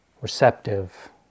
receptive